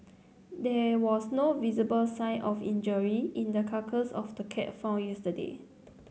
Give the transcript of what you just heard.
there was no visible sign of injury in the carcass of the cat found yesterday